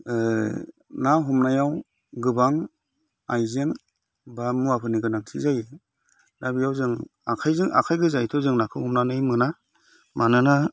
ना हमनायाव गोबां आयजें बा मुवाफोरनि गोनांथि जायो दा बेयाव जों आखाइजों आखाइ गोजायैथ' जों नाखौ हमनानै मोना मानोना